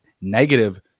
negative